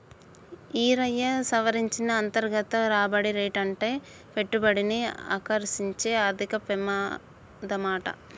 ఈరయ్యా, సవరించిన అంతర్గత రాబడి రేటంటే పెట్టుబడిని ఆకర్సించే ఆర్థిక పెమాదమాట